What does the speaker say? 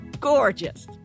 gorgeous